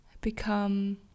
become